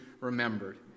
remembered